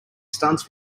stunts